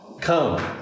come